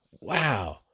Wow